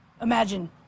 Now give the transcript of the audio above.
Imagine